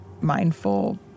mindful